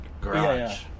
garage